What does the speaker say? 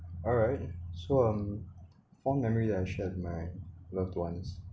alright so um fond memories that I shared with my loved ones